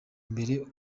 mbere